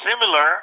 similar